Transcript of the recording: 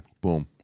Boom